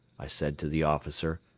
i said to the officer.